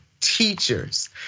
Teachers